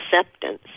acceptance